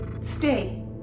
Stay